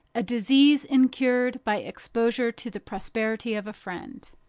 a disease incurred by exposure to the prosperity of a friend.